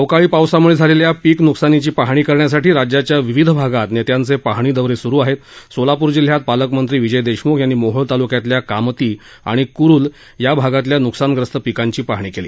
अवकाळी पावसामुळे झालेल्या पीक नुकसानीची पाहणी करण्यासाठी राज्याच्या विविध भागात नेत्यांचे पाहणी दौरे सुरु आहेत सोलापूर जिल्ह्यात पालकमंत्री विजय देशमुख यांनी मोहोळ तालुक्यातल्या कामती आणि कुरुल या भागातल्या नुकसानग्रस्त पीकांची पाहणी केली